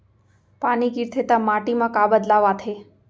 पानी गिरथे ता माटी मा का बदलाव आथे?